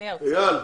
אייל,